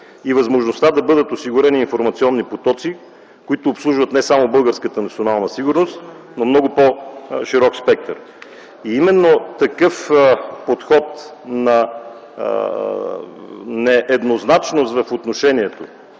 и възможността да бъдат осигурени информационни потоци, които обслужват не само българската национална сигурност, но много по-широк спектър. Именно такъв подход на нееднозначност в отношението